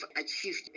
achieved